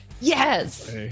Yes